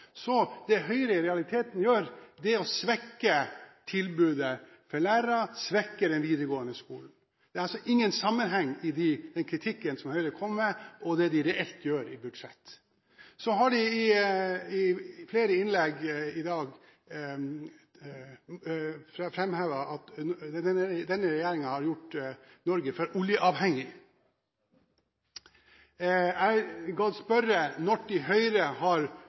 Så det Høyre i realiteten gjør, er å svekke tilbudet for lærere og svekke den videregående skolen. Det er altså ingen sammenheng i den kritikken som Høyre kom med, og det de reelt gjør i budsjettet. Så har Høyre i flere innlegg i dag framhevet at denne regjeringen har gjort Norge for oljeavhengig. Jeg må spørre om når Høyre har